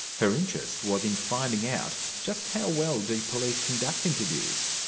her interest was in finding out just how well do police conduct interviews.